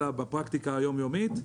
אלא בפרקטיקה היומיומית,